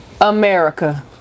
America